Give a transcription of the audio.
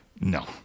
No